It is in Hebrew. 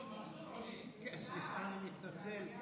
אני מתנצל.